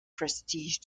prestige